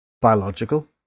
biological